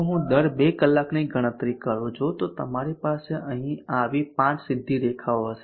જો હું દર બે કલાકની ગણતરી કરું છું તો તમારી પાસે અહીં આવી પાંચ સીધી રેખાઓ હશે